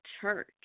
church